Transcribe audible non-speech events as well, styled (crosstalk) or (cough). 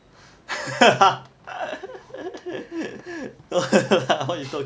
(laughs) what you talking